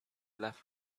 left